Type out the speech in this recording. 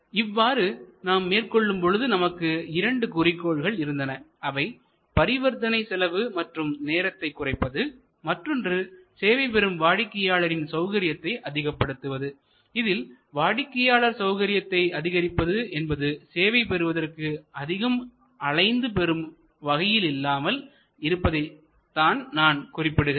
இவ்வாறு நாம் மேற்கொள்ளும் பொழுது நமக்கு இரண்டு குறிக்கோள்கள் இருந்தன அவை பரிவர்த்தனை செலவு மற்றும் நேரத்தை குறைப்பது மற்றொன்று சேவை பெறும் வாடிக்கையாளரின் சௌகரியத்தை அதிகப்படுத்துவதுஇதில் வாடிக்கையாளர் சௌகரியத்தை அதிகரிப்பது என்பது சேவையை பெறுவதற்காக அதிகம் அலைந்து பெறும் வகையில் இல்லாமல் இருப்பதைத்தான் நான் குறிப்பிடுகிறேன்